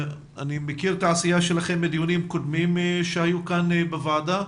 אני מכיר את העשייה שלכם מדיונים קודמים שהיו כאן בוועדה,